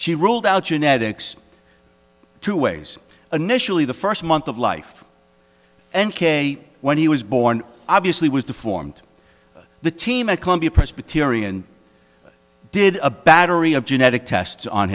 she ruled out genetics two ways initially the first month of life and k when he was born obviously was deformed the team at columbia presbyterian i did a battery of genetic tests on